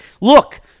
look